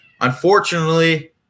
unfortunately